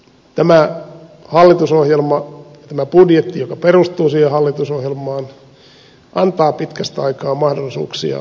tämä hallitusohjelma ja tämä budjetti joka perustuu hallitusohjelmaan antavat pitkästä aikaa mahdollisuuksia suuntautua asuntopolitiikkaan luottavaisesti